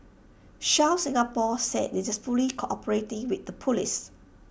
Shell Singapore said IT is fully cooperating with the Police